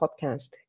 podcast